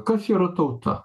kas yra tauta